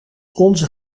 onze